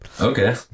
Okay